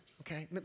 okay